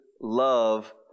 love